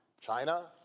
China